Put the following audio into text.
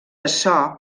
açò